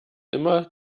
immer